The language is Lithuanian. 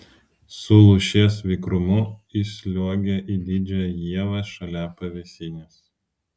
su lūšies vikrumu įsliuogė į didžiąją ievą šalia pavėsinės